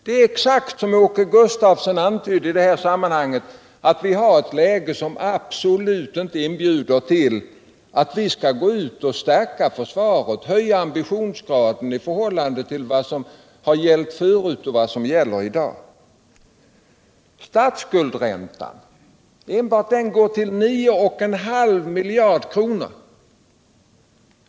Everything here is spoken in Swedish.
Det är exakt så som Åke Gustavsson antydde i detta sammanhang, att det rådande läget absolut inte inbjuder till en förstärkning av försvaret, dvs. att vi skall höja ambitionsgraden i förhållande till vad som har gällt förut och vad som gäller i dag. Enbart statsskuldräntan uppgår till 9,5 miljarder kronor.